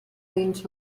dins